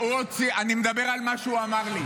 אני מדבר על מה שהוא אמר לי.